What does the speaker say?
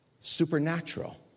supernatural